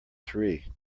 three